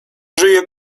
żyje